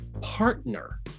partner